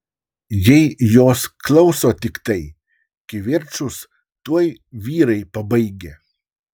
jei jos klauso tiktai kivirčus tuoj vyrai pabaigia